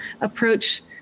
approach